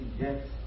yes